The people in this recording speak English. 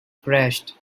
crashed